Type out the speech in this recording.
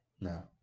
No